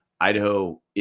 Idaho